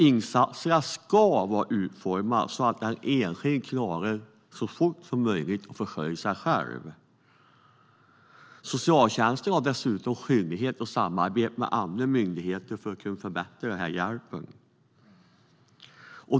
Insatserna ska vara utformade så att den enskilde så fort som möjligt ska kunna försörja sig själv. Socialtjänsten har dessutom skyldighet att samarbeta med andra myndigheter för att kunna förbättra denna hjälp.